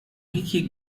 ricky